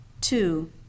Two